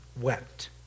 wept